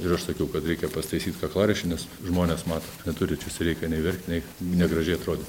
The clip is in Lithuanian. ir aš sakiau kad reikia pasitaisyti kaklaraištį nes žmonės mato neturi čia sereikia nei verkti nei negražiai atrodyt